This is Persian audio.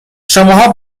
شماها